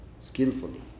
skillfully